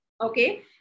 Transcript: okay